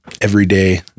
everyday